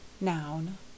Noun